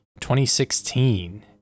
2016